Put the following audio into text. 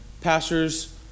Pastors